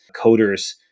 coders